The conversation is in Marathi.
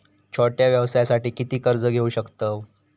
छोट्या व्यवसायासाठी किती कर्ज घेऊ शकतव?